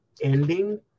ending